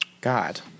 God